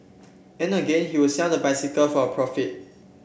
and again he would sell the bicycle for a profit